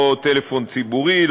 לא טלפון ציבורי,